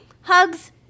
Hugs